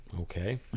okay